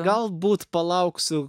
galbūt palauksiu